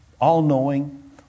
all-knowing